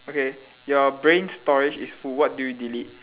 okay your brain storage is full what do you delete